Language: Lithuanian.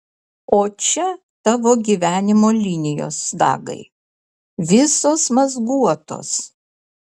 o čia tavo gyvenimo linijos dagai visos mazguotos